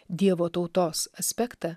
dievo tautos aspektą